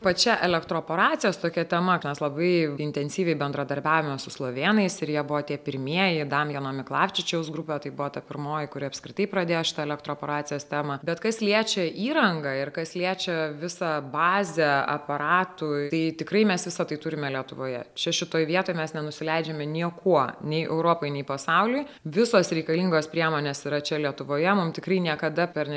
pačia elektroporacijos tokia tema mes labai intensyviai bendradarbiavome su slovėnais ir jie buvo tie pirmieji damjeno miklavčičiaus grupė tai buvo ta pirmoji kuri apskritai pradėjo šitą elektroporacijos temą bet kas liečia įrangą ir kas liečia visą bazę aparatų tai tikrai mes visa tai turime lietuvoje čia šitoj vietoj mes nenusileidžiame niekuo nei europai nei pasauliui visos reikalingos priemonės yra čia lietuvoje mums tikrai niekada per nežinau